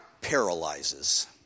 paralyzes